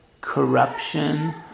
corruption